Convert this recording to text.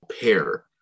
pair